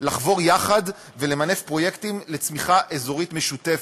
לחבור יחד ולמנף פרויקטים לצמיחה אזורית משותפת.